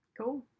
Cool